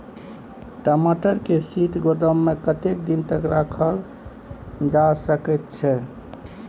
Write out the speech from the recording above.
टमाटर के शीत गोदाम में कतेक दिन तक रखल जा सकय छैय?